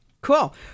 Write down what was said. Cool